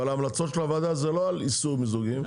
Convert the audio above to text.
ההמלצות של הוועדה זה לא על איסור מיזוגים,